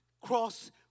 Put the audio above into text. cross